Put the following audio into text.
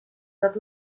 tot